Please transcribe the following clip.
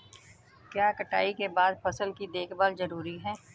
क्या कटाई के बाद फसल की देखभाल जरूरी है?